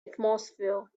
atmosphere